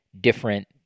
different